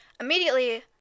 immediately